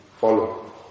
follow